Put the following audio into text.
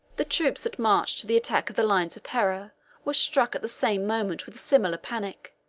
the troops that marched to the attack of the lines of pera were struck at the same moment with a similar panic